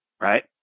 right